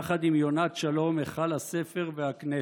יחד עם יונת שלום, היכל הספר והכנסת.